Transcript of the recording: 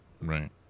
right